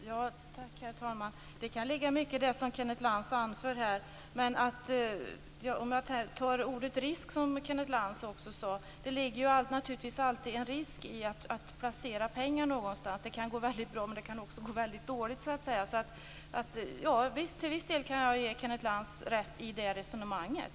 Herr talman! Det kan ligga mycket i det som Kenneth Lantz här anför. Han nämnde dock ordet risk, och det ligger naturligtvis alltid en risk i att placera pengar någonstans. Det kan gå väldigt bra, men det kan också gå väldigt dåligt. Men till viss del kan jag ge Kenneth Lantz rätt i det resonemanget.